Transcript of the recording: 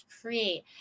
create